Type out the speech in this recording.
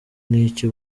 n’iki